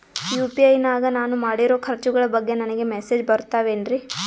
UPI ನಾಗ ನಾನು ಮಾಡಿರೋ ಖರ್ಚುಗಳ ಬಗ್ಗೆ ನನಗೆ ಮೆಸೇಜ್ ಬರುತ್ತಾವೇನ್ರಿ?